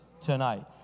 tonight